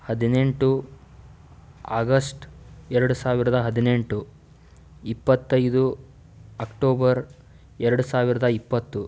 ಹದಿನೆಂಟು ಆಗಸ್ಟ್ ಎರಡು ಸಾವಿರದ ಹದಿನೆಂಟು ಇಪ್ಪತ್ತೈದು ಅಕ್ಟೋಬರ್ ಎರಡು ಸಾವಿರದ ಇಪ್ಪತ್ತು